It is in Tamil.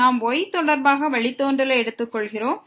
நாம் y தொடர்பாக வழித்தோன்றலை எடுத்துக் கொள்கிறோம்